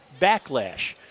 backlash